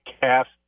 cast